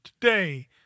today